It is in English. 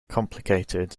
complicated